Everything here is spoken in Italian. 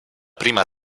prima